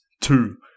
two